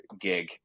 gig